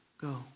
go